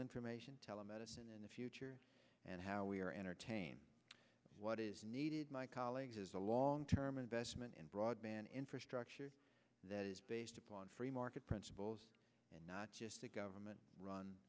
information telemedicine in the future and how we are entertained what is needed my colleagues is a long term investment in broadband infrastructure that is based upon free market principles and not just a government run